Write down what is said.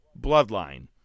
Bloodline